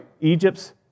Egypt's